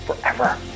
forever